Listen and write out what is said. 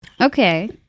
Okay